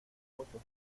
mucho